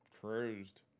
cruised